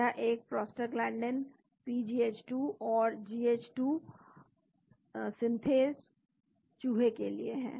यह एक prostaglandin PGH2 और GH2 सिंथेस चूहे के लिए है